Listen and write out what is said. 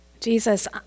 Jesus